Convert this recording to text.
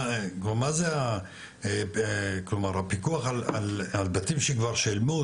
מה זה הפיקוח על בתים שכבר שילמו,